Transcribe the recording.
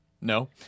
No